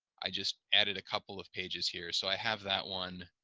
i just added a couple of pages here so i have that one